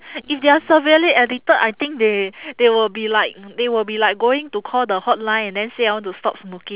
if they are severely addicted I think they they will be like they will be like going to call the hotline and then say I want to stop smoki~